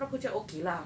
aku macam okay lah